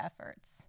efforts